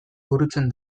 burutzen